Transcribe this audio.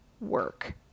work